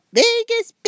biggest